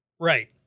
Right